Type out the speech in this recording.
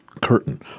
curtain